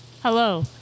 Hello